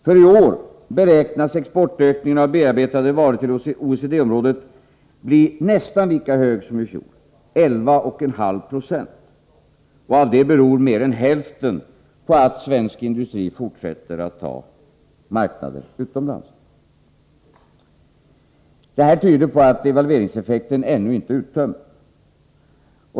För i år beräknas exportökningen av bearbetade varor till OECD-området bli nästan lika hög som ii fjol, 11,5 96, varav mer än hälften beror på att svensk industri fortsätter att ta marknadsandelar utomlands. Det tyder på att devalveringseffekten ännu inte är uttömd.